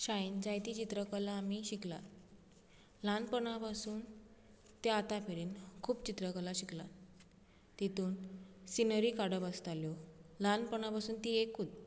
शाळेन जायती चित्रकला आमी शिकला ल्हानपणा पासून ते आतां मेरेन खूब चित्रकला शिकला तितून सीनरी काडप आसताल्यो ल्हानपणा पसून ती एकूत